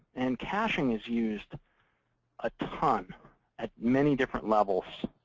and caching is used a ton at many different levels,